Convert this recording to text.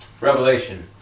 Revelation